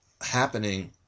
happening